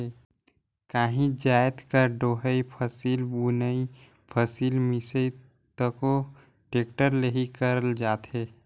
काहीच जाएत कर डोहई, फसिल बुनई, फसिल मिसई तको टेक्टर ले ही करल जाथे